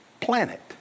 planet